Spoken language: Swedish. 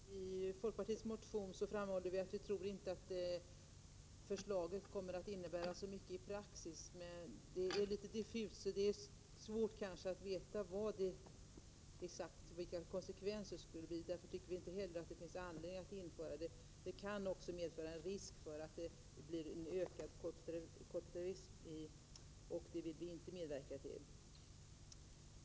Herr talman! Jag vill säga några ord om brukarinflytandet. I folkpartiets motion framhåller vi att vi inte tror att förslaget kommer att innebära så mycket i praxis, men att det är litet diffust och det är därför svårt att veta exakt vilka konsekvenserna kommer att bli. Vi tycker därför inte heller att det finns anledning att införa de föreslagna bestämmelserna. De kan också medföra risk för ökad korporativism. Det vill vi inte medverka till.